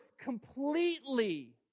completely